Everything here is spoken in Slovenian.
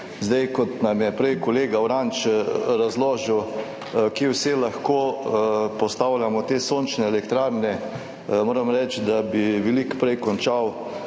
Kot nam je prej kolega Uranič razložil, kje vse lahko postavljamo te sončne elektrarne, moram reči, da bi veliko prej končal,